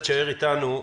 תישאר איתנו.